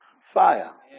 fire